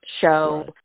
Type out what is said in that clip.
show